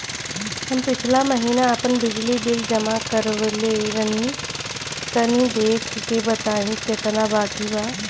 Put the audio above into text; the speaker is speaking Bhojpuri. हम पिछला महीना आपन बिजली बिल जमा करवले रनि तनि देखऽ के बताईं केतना बाकि बा?